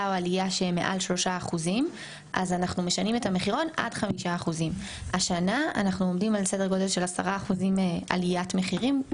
או עלייה שהיא מעל 3% אז אנחנו משנים את המחירון עד 5%. השנה אנחנו עומדים על סדר גודל של 10% עליית מחירים,